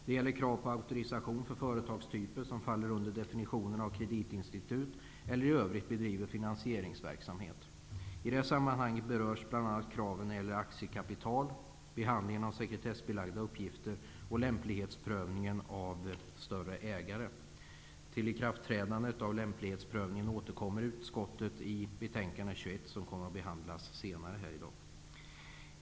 Det gäller krav på auktorisation för företagstyper som faller under definitionerna av kreditinstitut eller i övrigt bedriver finansieringsverksamhet. I det sammanhanget berörs bl.a. kraven när det gäller aktiekapital, behandlingen av sekretessbelagda uppgifter och lämplighetsprövningen av större ägare. Till ikraftträdandet av lämplighetsprövningen återkommer utskottet i betänkande 21, som kommer att behandlas senare.